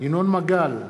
ינון מגל,